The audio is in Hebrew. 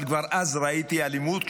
אבל כבר אז ראיתי אלימות.